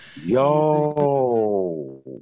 Yo